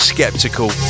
Skeptical